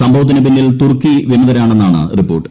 സംഭവത്തിന് പിന്നിൽ തുർക്കി വിമതരാണെന്നാണ് റിപ്പോർട്ട്